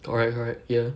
correct correct ya